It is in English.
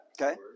Okay